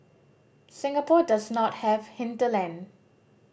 Singapore does not have hinterland